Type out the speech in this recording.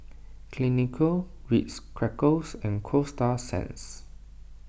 Clinique Ritz Crackers and Coasta Sands